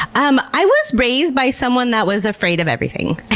um i was raised by someone that was afraid of everything.